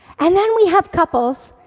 and then we have couples,